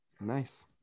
Nice